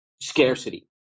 scarcity